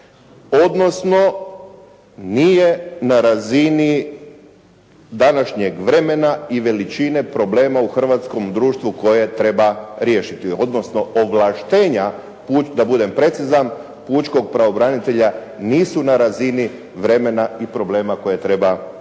odnosno nije na razini današnjeg vremena i veličine problema u hrvatskom društvu koje treba riješiti, odnosno ovlaštenja da budem precizan pučkog pravobranitelja nisu na razini vremena i problema koje treba riješiti.